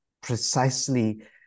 precisely